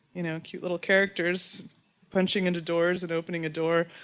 you know, cute little characters punching in the doors and opening a door.